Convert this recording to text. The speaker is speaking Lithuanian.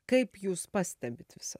kaip jūs pastebit visa